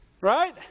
Right